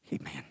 Amen